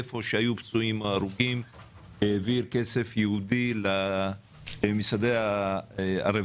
איפה שהיו פצועים או הרוגים העביר כסף ייעודי ללשכות הרווחה